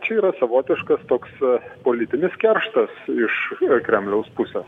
čia yra savotiškas toks politinis kerštas iš kremliaus pusės